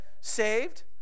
saved